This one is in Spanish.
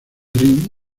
rin